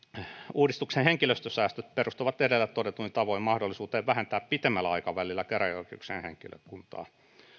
uudistuksen henkilöstösäästöt perustuvat edellä todetuin tavoin mahdollisuuteen vähentää pitemmällä aikavälillä käräjäoikeuksien henkilökuntaa